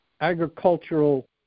agricultural